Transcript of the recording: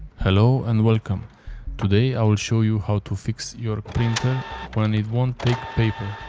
hello and welcome today i will show you how to fix your printer when it won't take paper.